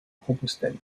compostelle